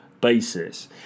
basis